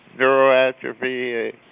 neuroatrophy